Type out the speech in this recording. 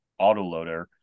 autoloader